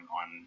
on